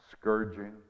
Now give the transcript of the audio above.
scourging